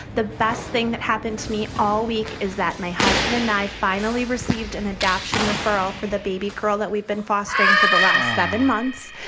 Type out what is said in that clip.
the best thing that happened to me all week is that my husband and i finally received an adoption referral for the baby girl that we've been fostering for the last seven months.